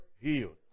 healed